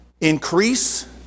increase